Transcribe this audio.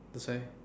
they say